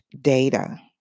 data